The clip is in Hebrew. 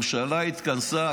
הממשלה התכנסה,